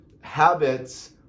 habits